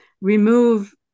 remove